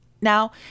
Now